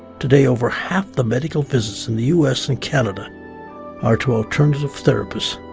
today over half the medical visits in the u s. and canada are to alternative therapies,